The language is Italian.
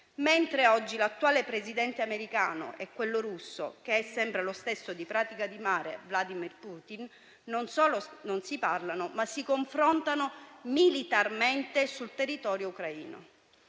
invece, l'attuale Presidente americano e quello russo - sempre lo stesso di Pratica di Mare, Vladimir Putin - non solo non si parlano, ma si confrontano militarmente sul territorio ucraino,